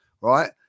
right